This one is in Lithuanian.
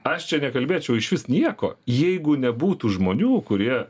aš čia nekalbėčiau išvis nieko jeigu nebūtų žmonių kurie